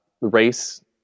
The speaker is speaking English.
race